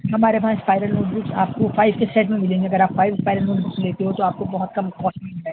ہمارے وہاں spiral notebooks آپ کو فائیو کے سیٹ میں ملیں گے اگر آپ فائیو اسپائرل نوٹ بک لیتے ہو تو آپ کو بہت کم کاسٹ میں مِل جائیں گی